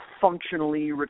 functionally